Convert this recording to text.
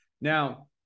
Now